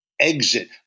exit